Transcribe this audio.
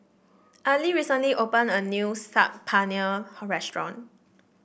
Ali recently opened a new Saag Paneer Restaurant